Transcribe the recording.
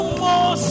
more